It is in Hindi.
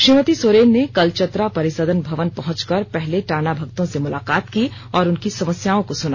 श्रीमती सोरेन ने कल चतरा परिसदन भवन पहुंचकर पहले टाना भगतों से मुलाकात की और उनकी समस्याओं को सुना